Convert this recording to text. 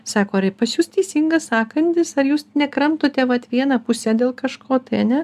sako ar pas jus teisingas sąkandis ar jūs nekramtote vat viena puse dėl kažko tai ar ne